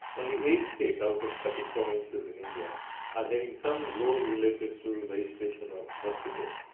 only eight states out of thirty provinces in india are having some laws related to registration of hospitals.